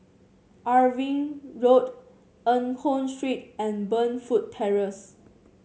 Irving Road Eng Hoon Street and Burnfoot Terrace